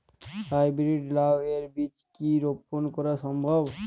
High breed লাও এর বীজ কি রোপন করা সম্ভব?